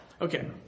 Okay